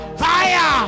fire